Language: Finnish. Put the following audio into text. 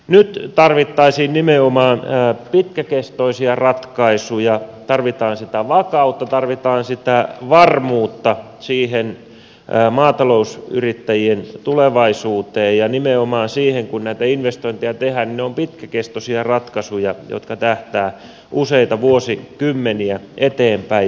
nyt tarvittaisiin nimenomaan pitkäkestoisia ratkaisuja tarvitaan sitä vakautta tarvitaan sitä varmuutta siihen maatalousyrittäjien tulevaisuuteen ja nimenomaan siihen että kun näitä investointeja tehdään niin ne ovat pitkäkestoisia ratkaisuja jotka tähtäävät useita vuosikymmeniä eteenpäin